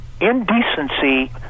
Indecency